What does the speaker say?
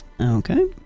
Okay